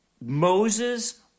Moses